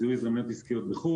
בהזדמנויות בין לאומיות.